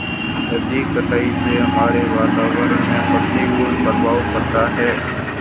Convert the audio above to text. अधिक कटाई से हमारे वातावरण में प्रतिकूल प्रभाव पड़ता है